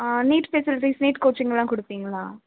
ஆ need facility need கோச்சிங்லாம் கொடுப்பீங்களா